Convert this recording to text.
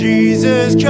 Jesus